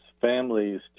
families